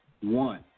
one